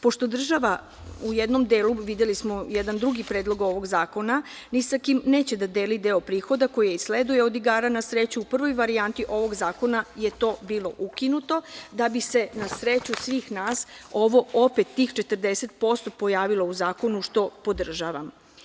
Pošto država u jednom delu, videli smo jedan drugi predlog ovog zakona, ni sa kim neće da deli deo prihoda koji ih sleduje od igara na sreću, u prvoj varijanti ovog zakona je to bilo ukinuto da bi se na sreću svih nas ovo opet, tih 40% pojavilo u zakonu, što podržavam.